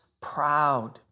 proud